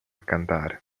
cantare